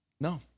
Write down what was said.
No